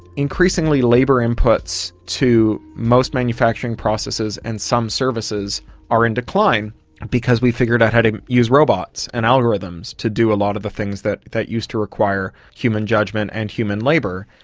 increasingly, labour inputs to most manufacturing processes and some services are in decline because we figured out how to use robots and algorithms to do a lot of the things that that used to require human judgement and human labour,